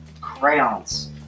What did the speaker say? crayons